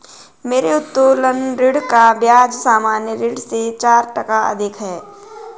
मेरे उत्तोलन ऋण का ब्याज सामान्य ऋण से चार टका अधिक है